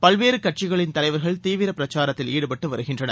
பல்வேறு கட்சிகளின் தலைவர்கள் தீவிர பிரச்சாரத்தில் ஈடுபட்டு வருகின்றனர்